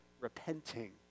repenting